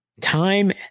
time